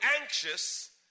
anxious